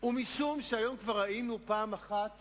ומשום שהיום כבר ראינו פעם אחת